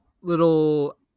little